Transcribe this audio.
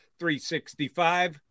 365